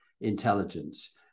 intelligence